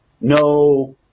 no